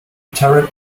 turret